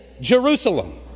Jerusalem